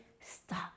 stop